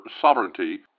sovereignty